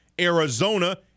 Arizona